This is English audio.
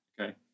Okay